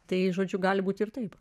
tai žodžiu gali būti ir taip